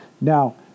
Now